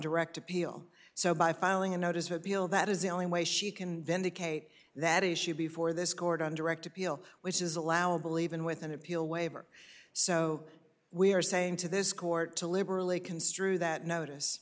direct appeal so by filing a notice of appeal that is the only way she can then to kate that issue before this court on direct appeal which is allowable even with an appeal waiver so we are saying to this court to liberally construe that notice